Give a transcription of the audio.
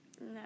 No